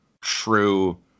true